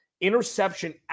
interception